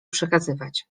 przekazywać